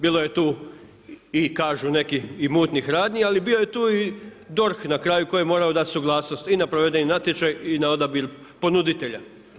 Bilo je tu i kažu neki i mutnih radnji, ali bio je tu i DORH na kraju koji je morao dati suglasnost i na provedeni natječaj i na odabir ponuditelja.